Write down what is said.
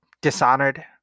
Dishonored